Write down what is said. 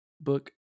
book